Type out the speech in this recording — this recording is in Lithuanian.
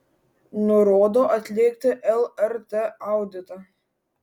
nurodo atlikti lrt auditą